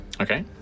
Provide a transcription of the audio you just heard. Okay